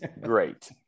great